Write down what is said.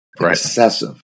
excessive